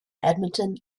edmonton